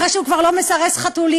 אחרי שהוא כבר לא מסרס חתולים,